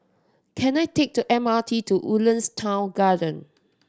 can I take the M R T to Woodlands Town Garden